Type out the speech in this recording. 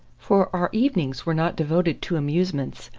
for our evenings were not devoted to amusements.